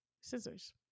scissors